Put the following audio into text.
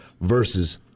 versus